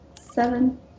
seven